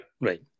Right